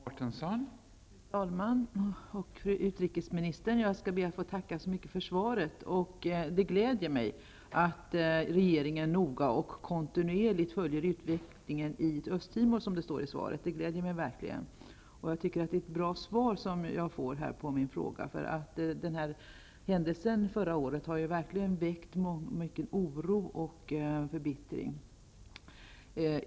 Fru talman! Fru utrikesminister! Jag skall be att få tacka så mycket för svaret. Det gläder mig att regeringen noga och kontinuerligt följer utvecklingen i Östtimor, som det står i svaret. Det är ett bra svar som jag har fått på min fråga. Händelserna förra året har ju verkligen väckt mycken oro och förbittring.